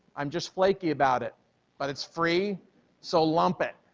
i'm just flaky about it but it's free so lump it,